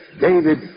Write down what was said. David